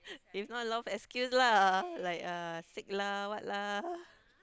if not a lot of excuse lah like uh sick lah what lah